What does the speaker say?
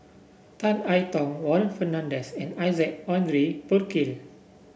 Tan I Tong Warren Fernandez and Isaac Henry Burkill